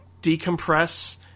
decompress